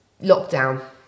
lockdown